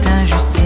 injustice